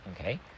okay